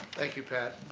thank you, pat.